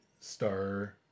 Star